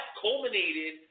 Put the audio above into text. culminated